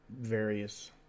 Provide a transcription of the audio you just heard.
various